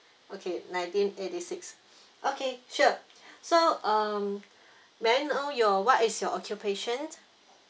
okay nineteen eighty six okay sure so um may I know your what is your occupation